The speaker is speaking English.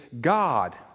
God